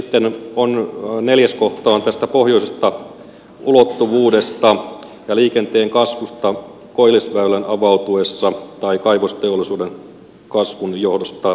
ja sitten on neljäs kohta tästä pohjoisesta ulottuvuudesta ja liikenteen kasvusta koillisväylän avautuessa tai lisääntymisestä kaivosteollisuuden kasvun johdosta